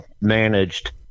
managed